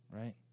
Right